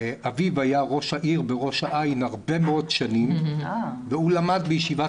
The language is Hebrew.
אביו היה ראש העיר בראש העין הרבה מאוד שנים והוא למד בישיבת